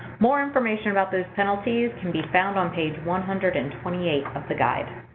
more information about those penalties can be found on page one hundred and twenty eight of the guide.